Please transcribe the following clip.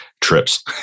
trips